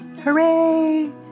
Hooray